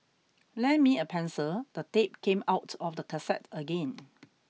lend me a pencil the tape came out of the cassette again